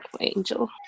angel